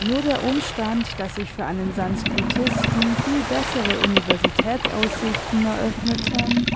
nur der umstand daß sich für einen sanskritisten viel bessere universitätsaussichten eröffneten